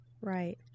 Right